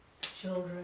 children